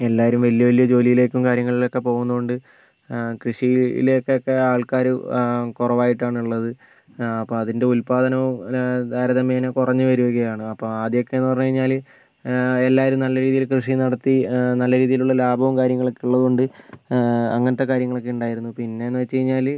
എല്ലാവരും വലിയ വലിയ ജോലിലേക്കും കാര്യങ്ങളിലേക്ക് പോകുന്നത് കൊണ്ട് കൃഷിയിലേക്കക്കെ ആൾക്കാർ കുറവായിട്ടാണ് ഉള്ളത് അപ്പം അതിൻ്റെ ഉൽപാദനോം താരതമ്യേന കുറഞ്ഞ് വരുകയാണ് അപ്പം ആദ്യമൊക്കെന്ന് പറഞ്ഞ് കഴിഞ്ഞാൽ എല്ലാവരും നല്ല രീതിയിൽ കൃഷി നടത്തി നല്ല രീതിയിലുള്ള ലാഭാമോ കാര്യങ്ങളൊക്കെ ഉള്ളത് കൊണ്ട് അങ്ങനത്തെ കാര്യങ്ങളക്കെ ഉണ്ടായിരുന്നു പിന്നേന്ന് വെച്ച് കഴിഞ്ഞാൽ